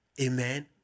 Amen